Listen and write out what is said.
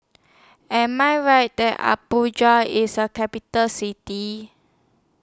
Am I Right that Abuja IS A Capital City